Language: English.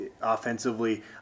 offensively